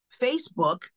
Facebook